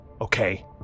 Okay